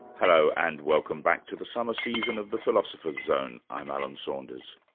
hello, and welcome back to the summer season of the philosopher's zone. i'm alan saunders.